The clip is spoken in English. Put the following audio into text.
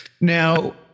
Now